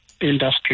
industry